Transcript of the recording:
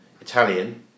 Italian